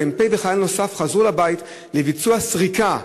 המ"פ וחייל נוסף חזרו לבית לביצוע סריקה,